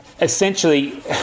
essentially